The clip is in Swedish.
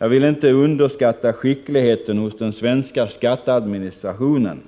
Man skall inte underskatta skickligheten hos den svenska skatteadministrationen.